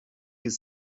ist